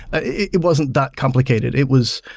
ah it it wasn't that complicated. it was